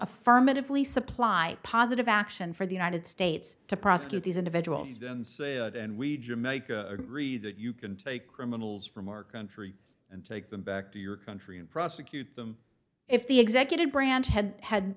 affirmatively supply positive action for the united states to prosecute these individuals and say and we make a re that you can take criminals from our country and take them back to your country and prosecute them if the executive branch had had